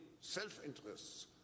self-interests